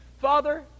Father